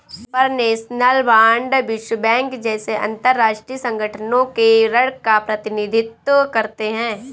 supranational bond विश्व bank जैसे अंतरराष्ट्रीय संगठनों के ऋण का प्रतिनिधित्व करते हैं